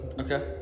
Okay